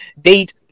date